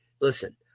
listen